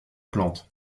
plante